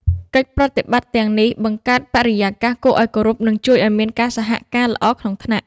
កិច្ចប្រតិបត្តិទាំងនេះ បង្កើតបរិយាកាសគួរឱ្យគោរព និងជួយឲ្យមានការសហការល្អក្នុងថ្នាក់។